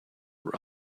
were